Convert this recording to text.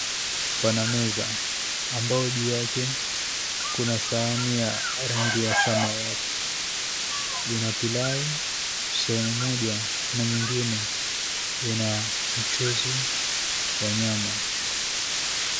Pana meza ambao juu yake kuna sahani ya rangi ya samawati. Lina pilau sehemu moja na nyingine lina mchuuzi wa nyama.